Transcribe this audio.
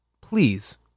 Please